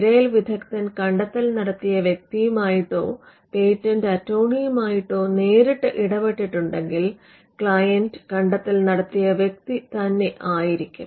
തിരയൽ വിദഗ്ധൻ കണ്ടെത്തൽ നടത്തിയ വ്യക്തിയുമായിട്ടോ പേറ്റന്റ് അറ്റോർണിയുമായിട്ടോ നേരിട്ട് ഇടപെട്ടിട്ടുണ്ടെങ്കിൽ ക്ലയന്റ് കണ്ടെത്തൽ നടത്തിയ വ്യക്തി തന്നെ ആയിരിക്കും